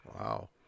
Wow